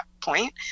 point